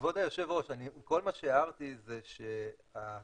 כבוד היושב ראש, כל מה שהערתי זה שהתחזיות